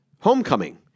homecoming